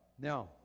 Now